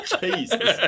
Jesus